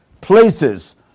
places